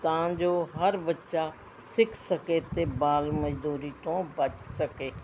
ਤਾਂ ਜੋ ਹਰ ਬੱਚਾ ਸਿੱਖ ਸਕੇ ਅਤੇ ਬਾਲ ਮਜ਼ਦੂਰੀ ਤੋਂ ਬਚ ਸਕੇ